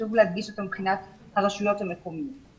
שחשוב להדגיש אותו מבחינת הרשויות המקומיות.